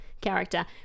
character